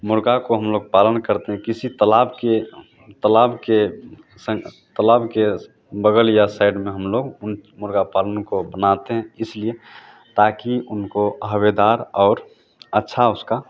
मुर्ग़ा को हम लोग पालन करते हैं किसी तालाब के तालाब के स तालाब के बग़ल या साइड में हम लोग उन मुर्ग़ा पालन को बनाते हैं इसलिए ताकि उनको हवादार और अच्छा उसका